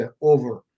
over